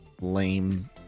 lame